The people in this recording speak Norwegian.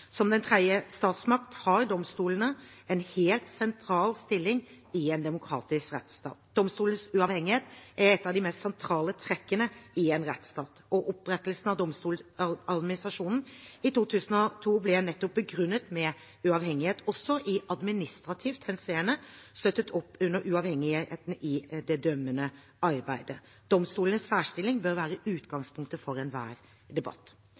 Som den tredje statsmakt har domstolene en helt sentral stilling i en demokratisk rettsstat. Domstolenes uavhengighet er et av de mest sentrale trekkene i en rettsstat. Opprettelsen av Domstoladministrasjonen i 2002 ble nettopp begrunnet med at uavhengighet også i administrativt henseende støtter opp under uavhengigheten i det dømmende arbeidet. Domstolenes særstilling bør være utgangspunktet for enhver debatt.